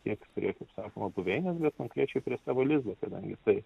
tiek prie kaip sakoma buveinės bet konkrečiai prie savo lizdo kadangi tai